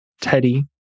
Teddy